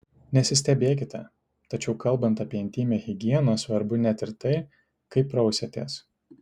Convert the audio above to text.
nesistebėkite tačiau kalbant apie intymią higieną svarbu net ir tai kaip prausiatės